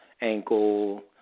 ankle